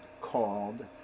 called